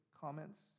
comments